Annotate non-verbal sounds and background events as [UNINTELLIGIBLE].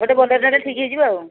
ଗୋଟେ [UNINTELLIGIBLE] ରେ ଠିକ୍ ହେଇଯିବ ଆଉ